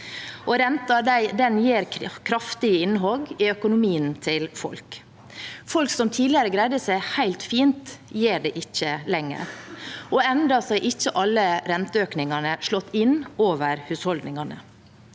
renten gjør kraftige innhogg i økonomien til folk. Folk som tidligere greide seg helt fint, gjør ikke det lenger, og ennå har ikke alle renteøkningene slått inn over husholdningene.